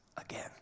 again